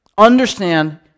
Understand